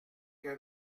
que